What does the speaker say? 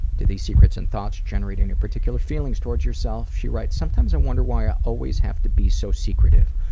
do these secrets and thoughts generate any particular feelings towards yourself? she writes sometimes i wonder why i always have to be so secretive,